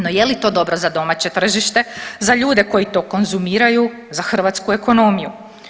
No, je li to dobro za domaće tržište, za ljude koji to konzumiraju, za hrvatsku ekonomiju?